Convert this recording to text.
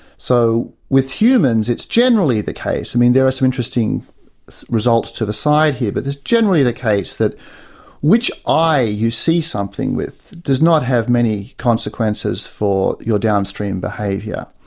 so with humans it's generally the case, i mean there are some interesting results to the side here, but it's generally the case that which eye you see something with, does not have many consequences for your downstream behaviour.